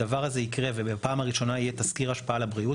הדבר הזה יקרה ופעם ראשונה יהיה תזכיר השפעה על הבריאות,